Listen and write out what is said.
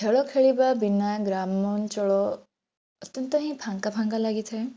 ଖେଳ ଖେଳିବା ବିନା ଗ୍ରାମାଞ୍ଚଳ ଅତ୍ୟନ୍ତ ହିଁ ଫାଙ୍କା ଫାଙ୍କା ଲାଗିଥାଏ